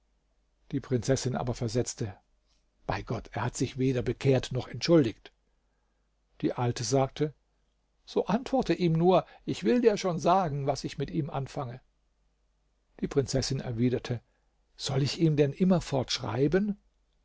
die prinzessin aber versetzte bei gott er hat sich weder bekehrt noch entschuldigt die alte sagte so antworte ihm nur ich will dir schon sagen was ich mit ihm anfange die prinzessin erwiderte soll ich ihm denn